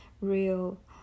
real